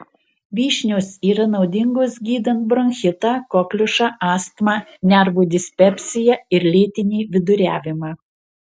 vyšnios yra naudingos gydant bronchitą kokliušą astmą nervų dispepsiją ir lėtinį viduriavimą